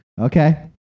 Okay